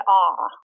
awe